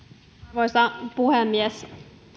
arvoisa puhemies